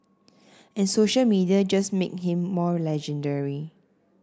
and social media just make him more legendary